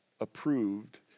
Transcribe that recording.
approved